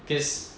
cause